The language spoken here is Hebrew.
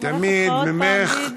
לברך אותך עוד פעם,